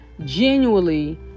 genuinely